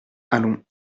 allons